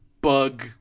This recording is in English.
bug